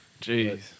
Jeez